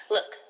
Look